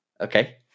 Okay